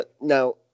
now